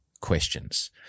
questions